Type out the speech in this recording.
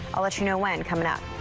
i'll let you know when coming up.